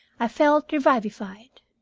i felt revivified.